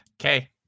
Okay